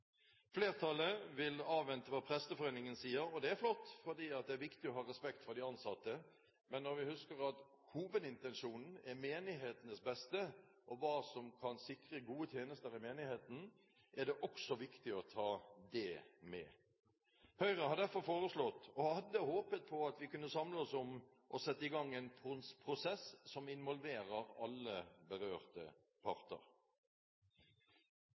Flertallet vil avvente hva Presteforeningen sier, og det er flott, for det er viktig å ha respekt for de ansatte. Men når vi husker at hovedintensjonen er menighetenes beste, og hva som kan sikre gode tjenester i menigheten, er det også viktig å ta det med. Høyre har derfor foreslått – og hadde håpet at vi kunne samle oss om det – å sette i gang en prosess som involverer alle berørte parter.